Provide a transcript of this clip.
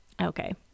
Okay